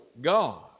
God